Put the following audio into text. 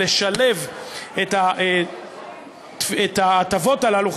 לשלב את ההטבות הללו.